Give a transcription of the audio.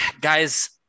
guys –